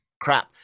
crap